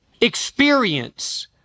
experience